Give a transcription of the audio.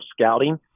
scouting